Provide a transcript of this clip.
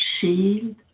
shield